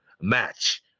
Match